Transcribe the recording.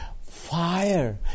fire